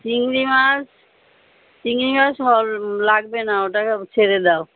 চিংড়ি মাছ চিংড়ি মাছ লাগবে না ওটাকে ছেড়ে দাও